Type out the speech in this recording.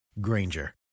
Granger